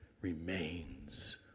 remains